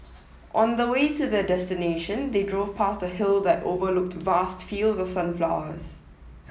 on the way to their destination they drove past a hill that overlooked vast fields of sunflowers